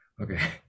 Okay